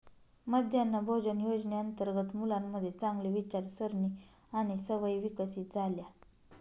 मध्यान्ह भोजन योजनेअंतर्गत मुलांमध्ये चांगली विचारसारणी आणि सवयी विकसित झाल्या